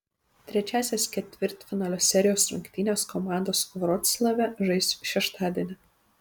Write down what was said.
trečiąsias ketvirtfinalio serijos rungtynes komandos vroclave žais šeštadienį